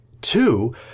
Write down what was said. Two